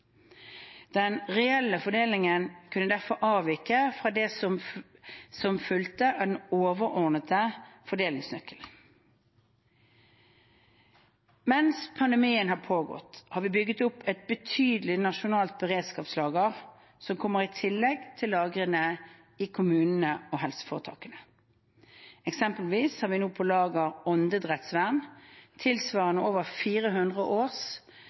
Den reelle fordelingen kunne derfor avvike fra det som fulgte av den overordnede fordelingsnøkkelen. Mens pandemien har pågått, har vi bygget opp et betydelig nasjonalt beredskapslager som kommer i tillegg til lagrene i kommunene og helseforetakene. Eksempelvis har vi nå på lager åndedrettsvern tilsvarende over 400